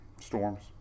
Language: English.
Storms